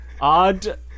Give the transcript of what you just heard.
Odd